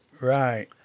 Right